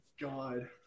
God